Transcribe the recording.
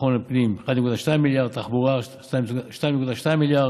ביטחון הפנים, 1.2 מיליארד, תחבורה, 2.2 מיליארד.